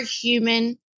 human